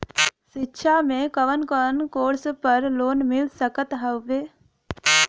शिक्षा मे कवन कवन कोर्स पर लोन मिल सकत हउवे?